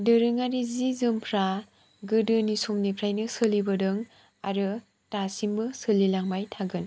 दोरोङारि जि जोमफ्रा गोदोनि समनिफ्राइनो सोलिबोदों आरो दासिमबो सोलि लांबाय थागोन